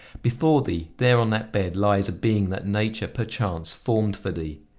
before thee, there on that bed, lies a being that nature, perchance, formed for thee.